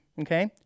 okay